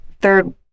third